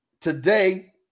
today